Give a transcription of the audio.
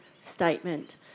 statement